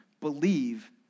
believe